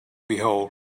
behold